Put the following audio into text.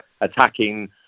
attacking